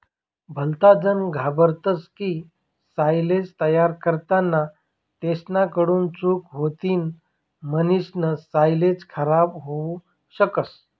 भलताजन घाबरतस की सायलेज तयार करताना तेसना कडून चूक होतीन म्हणीसन सायलेज खराब होवू शकस